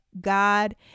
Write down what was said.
God